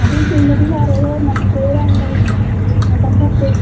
ꯑꯗꯨꯝ ꯀꯨꯏꯅꯗꯤ ꯌꯥꯔꯣꯏꯍꯦ ꯃꯅꯤꯄꯨꯔ ꯏꯔꯥꯡ ꯂꯩ ꯍꯧꯖꯤꯛ ꯃꯇꯝ ꯐꯠꯇꯦ